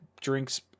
drinks